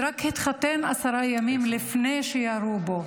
שהתחתן רק עשרה ימים לפני שירו בו,